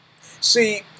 See